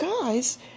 guys